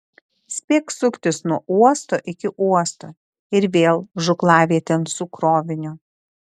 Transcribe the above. spėk suktis nuo uosto iki uosto ir vėl žūklavietėn su kroviniu